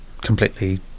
completely